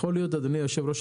אדוני יושב הראש,